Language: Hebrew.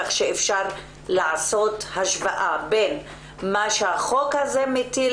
כך שאפשר לעשות השוואה בין מה שהחוק הזה מטיל